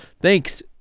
thanks